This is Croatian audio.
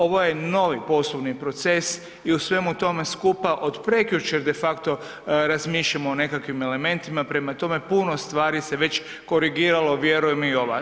Ovo je novi poslovni proces i u svemu tome skupa od prekjučer de facto razmišljamo o nekakvim elementima, prema tome puno stvari se već korigiralo, vjerujem i ova.